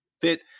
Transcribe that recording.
fit